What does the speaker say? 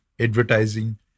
advertising